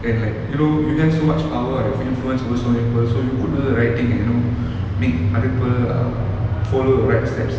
and like you know you have so much power and influence over so many people so you could do the right thing you know make other people err follow the right steps